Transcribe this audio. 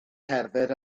cerdded